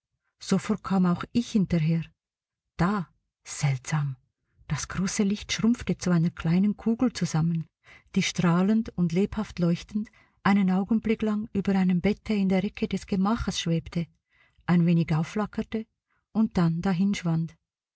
auch ich hinterher da seltsam das große licht schrumpfte zu einer kleinen kugel zusammen die strahlend und lebhaft leuchtend einen augenblick lang über einem bette in der ecke des gemaches schwebte ein wenig aufflackerte und dann